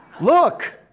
Look